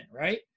right